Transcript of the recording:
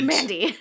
Mandy